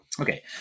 Okay